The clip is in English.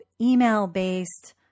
email-based